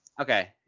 Okay